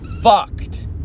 fucked